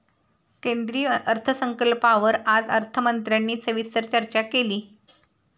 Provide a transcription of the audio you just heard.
केंद्रीय अर्थसंकल्पावर आज अर्थमंत्र्यांनी सविस्तर चर्चा केली